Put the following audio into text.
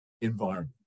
environment